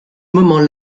moment